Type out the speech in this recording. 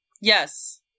Yes